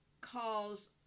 calls